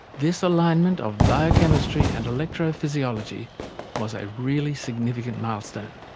this alignment of biochemistry and electrophysiology was a really significant milestone.